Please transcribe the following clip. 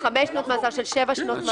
אז חמש שנות מאסר או שבע שנות מאסר?